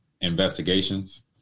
investigations